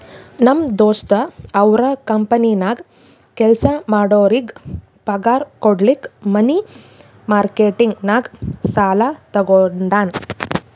ನಮ್ ದೋಸ್ತ ಅವ್ರ ಕಂಪನಿನಾಗ್ ಕೆಲ್ಸಾ ಮಾಡೋರಿಗ್ ಪಗಾರ್ ಕುಡ್ಲಕ್ ಮನಿ ಮಾರ್ಕೆಟ್ ನಾಗ್ ಸಾಲಾ ತಗೊಂಡಾನ್